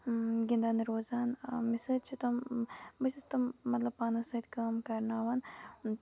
گِندان روزان مےٚ سۭتۍ چھِ تِم بہٕ چھَس تِم مطلب پانَس سۭتۍ کٲم کرناوان